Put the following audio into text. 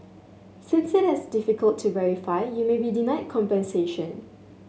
since it has difficult to verify you may be denied compensation